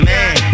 Man